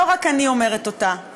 לא רק אני אומרת אותה,